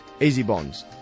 EasyBonds